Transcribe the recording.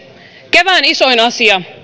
kevään isoin asia